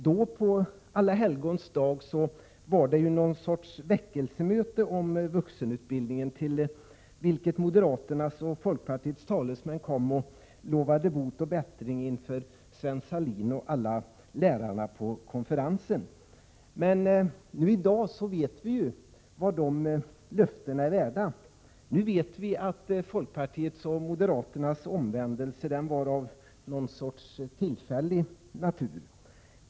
Då, på Alla helgons dag, var det någon sorts väckelsemöte om vuxenutbildningen, till vilket moderaternas och folkpartiets talesmän kom och lovade bot och bättring inför Sven Salin och alla lärarna på konferensen. Men i dag vet vi vad de löftena är värda. Nu vet vi att folkpartiets och moderaternas omvändelse var av någon sorts tillfällig natur.